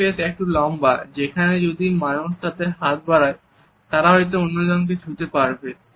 fur ফেজটি একটু লম্বা যেখানে যদি মানুষ তাদের হাত বাড়ায় তারা হয়তো অন্যজনকে ছুঁতে পারবে